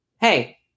hey